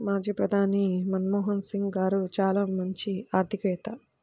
మాజీ ప్రధాని మన్మోహన్ సింగ్ గారు చాలా మంచి ఆర్థికవేత్త